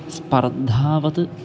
स्पर्धावत्